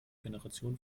generation